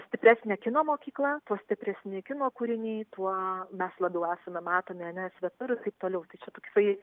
stipresnė kino mokykla tuo stipresni kino kūriniai tuo mes labiau esam matomi ar ne svetur ir taip toliau tai čia toksai